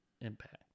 impact